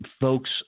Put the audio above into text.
folks